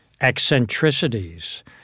eccentricities